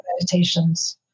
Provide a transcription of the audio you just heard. meditations